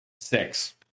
six